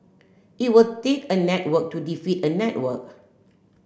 it will take a network to defeat a network